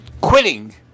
quitting